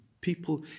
people